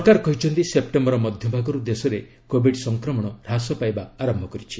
ସରକାର କହିଛନ୍ତି ସେପ୍ଟେମ୍ବର ମଧ୍ୟଭାଗରୁ ଦେଶରେ କୋବିଡ୍ ସଂକ୍ରମଣ ହ୍ରାସ ପାଇବା ଆରମ୍ଭ କରିଛି